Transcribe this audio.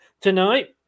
tonight